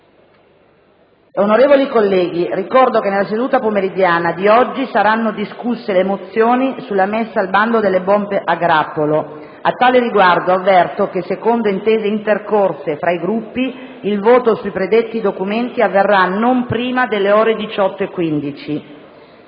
Onorevoli colleghi, ricordo che nella seduta pomeridiana di oggi saranno discusse le mozioni sulla messa al bando delle bombe a grappolo. A tale riguardo avverto che, secondo intese intercorse fra i Gruppi, il voto sui predetti documenti avverrà non prima delle ore 18,15.